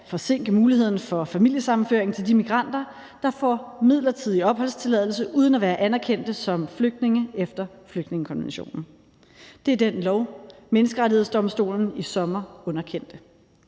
at forsinke muligheden for familiesammenføring til de migranter, der får midlertidig opholdstilladelse uden at være anerkendt som flygtninge efter flygtningekonventionen. Det er den lov, Menneskerettighedsdomstolen i sommer underkendte.